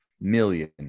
million